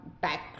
back